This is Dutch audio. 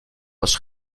was